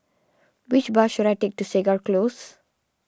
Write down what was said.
which bus should I take to Segar Close